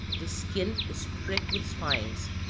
the skin is pricked with spines,